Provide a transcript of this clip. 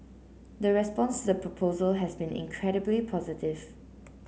the response to the proposal has been incredibly positive